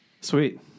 Sweet